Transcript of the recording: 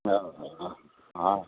हा हा हा